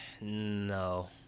No